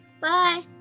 Bye